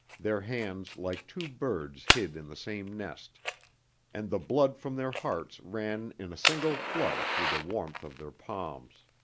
their hands like two birds hid in the same nest and the blood from their hearts ran in a single flood through the warmth of their palms.